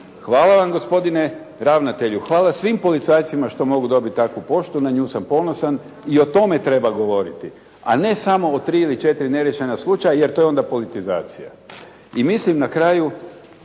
hvala vam gospodine ravnatelju, hvala svim policajcima što mogu dobiti takvu poštu, na nju sam ponosan i o tome treba govoriti, a ne samo o 3 ili 4 neriješena slučaja jer to je onda politizacija.